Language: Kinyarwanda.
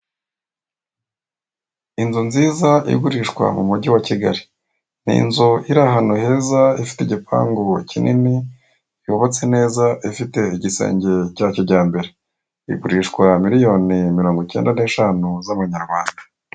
Inzu nziza igurishwa mu mujyi wa Kigali. Ni nzu iri ahantu heza, ifite igipangu kinini, yubatse neza, ifite igisenge cya kijyambere. Igurishwa miliyoni mirongo icyenda neshanu z'amanyarwanda.